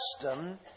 custom